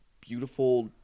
beautiful